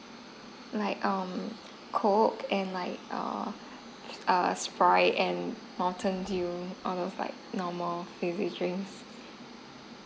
like um coke and like err err sprite and mountain dew all of like normal fizzy drinks